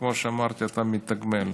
כמו שאמרתי, אתה מתגמל.